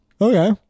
okay